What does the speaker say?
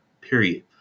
period